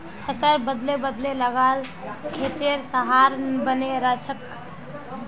फसल बदले बदले लगा ल खेतेर सहार बने रहछेक